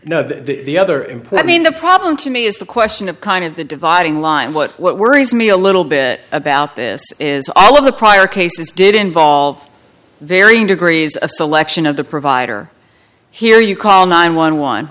no the other implant mean the problem to me is the question of kind of the dividing line but what worries me a little bit about this is all of the prior cases did involve varying degrees of selection of the provider here you call nine one one